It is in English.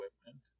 equipment